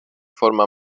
forma